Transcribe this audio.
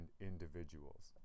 individuals